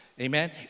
Amen